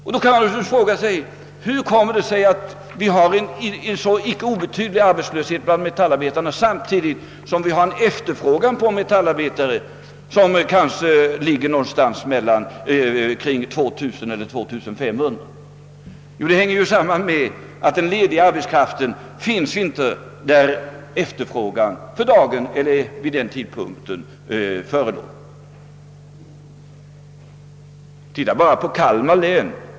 Man kan naturligtvis fråga sig vad som är anledningen till att det förekommer en så pass betydande arbetslöshet bland metallarbetarna, samtidigt som det råder en efterfrågan på kanske 2 000—2 500 metallarbetare. Jo, detta sammanhänger med att den lediga arbetskraften inte finns på de platser där det vid den aktuella tidpunkten föreligger en sådan efterfrågan.